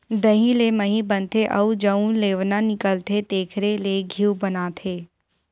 दही ले मही बनथे अउ जउन लेवना निकलथे तेखरे ले घींव बनाथे